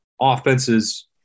offenses